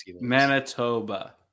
Manitoba